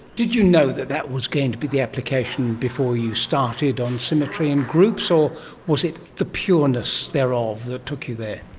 did you know that that was going to be the application before you started on symmetry and groups, or was it the pureness thereof that took you there?